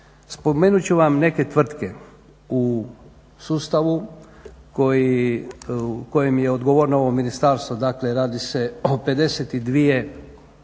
spomenut ću vam neke tvrtke u sustavu kojem je odgovorno ovo ministarstvo. Dakle radi se o 52 državne